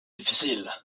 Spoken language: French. difficile